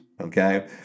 Okay